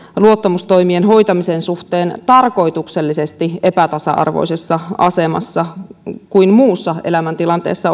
luottamustoimien hoitamisen suhteen tarkoituksellisesti epätasa arvoisessa asemassa verrattuna muussa elämäntilanteessa